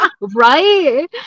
Right